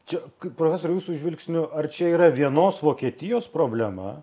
čia kaip profesoriau jūsų žvilgsniu ar čia yra vienos vokietijos problema